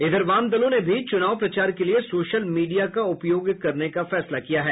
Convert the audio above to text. इधर वाम दलों ने भी चुनाव प्रचार के लिए सोशल मीडिया का उपयोग करने का फैसला किया है